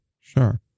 Sure